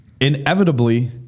inevitably